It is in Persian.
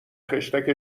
خشتک